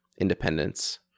independence